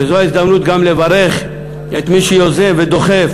וזו ההזדמנות גם לברך את מי שיוזם ודוחף